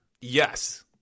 Yes